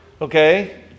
okay